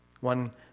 One